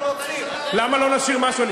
למה לא להשאיר משהו?